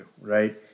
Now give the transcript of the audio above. Right